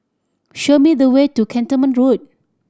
show me the way to Cantonment Road